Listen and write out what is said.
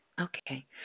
Okay